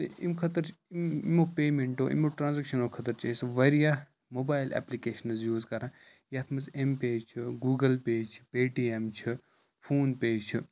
تہٕ اَمہِ خٲطرٕ چھِ یِم یِمو پیمٮ۪نٛٹو یِمو ٹرٛانزیکشَنو خٲطرٕ چھِ أسۍ واریاہ موبایِل ایپلِکیشَنٕز یوٗز کَران یَتھ منٛز اٮ۪م پے چھُ گوٗگٕل پے چھِ پے ٹی ایم چھِ فون پے چھِ